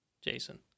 Jason